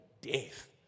death